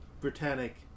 Britannic